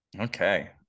Okay